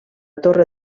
torre